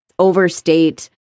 Overstate